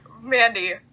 Mandy